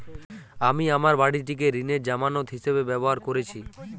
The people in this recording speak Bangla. আমি আমার বাড়িটিকে ঋণের জামানত হিসাবে ব্যবহার করেছি